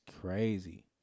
crazy